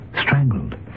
Strangled